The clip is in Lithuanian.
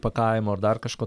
pakavimo ar dar kažko